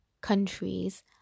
countries